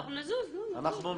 אני רוצה